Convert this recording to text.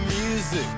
music